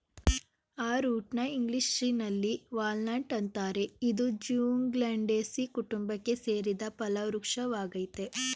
ಅಖ್ರೋಟ್ನ ಇಂಗ್ಲೀಷಿನಲ್ಲಿ ವಾಲ್ನಟ್ ಅಂತಾರೆ ಇದು ಜ್ಯೂಗ್ಲಂಡೇಸೀ ಕುಟುಂಬಕ್ಕೆ ಸೇರಿದ ಫಲವೃಕ್ಷ ವಾಗಯ್ತೆ